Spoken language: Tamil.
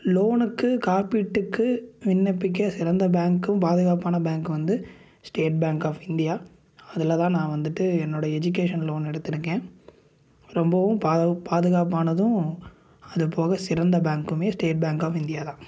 லோனுக்கு காப்பீட்டுக்கு விண்ணப்பிக்க சிறந்த பேங்க்கும் பாதுகாப்பான பேங்க் வந்து ஸ்டேட் பேங்க் ஆஃப் இந்தியா அதில் தான் நான் வந்துவிட்டு என்னோட எஜிகேஷன் லோன் எடுத்து இருக்கேன் ரொம்பவும் பாவு பாதுகாப்பானதும் அதுபோக சிறந்த பேங்க்குமே ஸ்டேட் பேங்க் ஆஃப் இந்தியா தான்